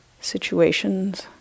situations